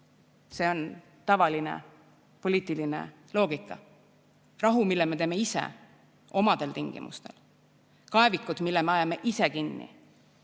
See on tavaline poliitiline loogika. Rahu, mille me teeme ise, omadel tingimustel, kaevikud, mis me ajame ise kinni,